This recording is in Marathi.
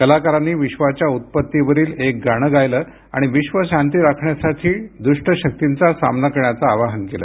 कलाकारांनी विश्वाच्या उत्पत्तीवरील एक गाणं गायलं आणि विश्व शांती राखण्यासाठी दुष्ट शक्तींचा सामना करण्याचं आवाहन केलं